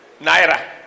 Naira